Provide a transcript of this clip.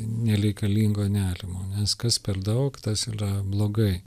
nereikalingo nerimo nes kas per daug tas yra blogai